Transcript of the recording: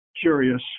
curious